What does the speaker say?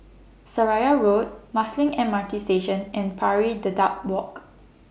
Seraya Road Marsiling M R T Station and Pari Dedap Walk